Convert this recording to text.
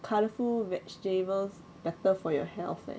colourful vegetables better for your health eh